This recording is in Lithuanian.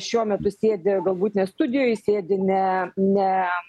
šiuo metu sėdi galbūt ne studijoj sėdi ne ne